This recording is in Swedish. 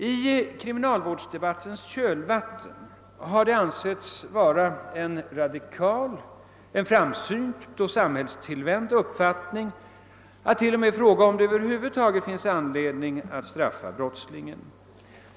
I kriminalvårdsdebattens kölvatten har det ansetts vara en radikal, framsynt och samhällstillvänd uppfattning att fråga om det över huvud taget finns någon anledning att straffa brottslingen.